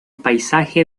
paisaje